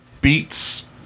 Beats